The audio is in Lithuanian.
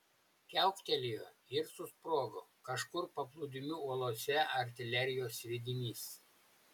kiauktelėjo ir susprogo kažkur paplūdimių uolose artilerijos sviedinys